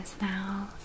now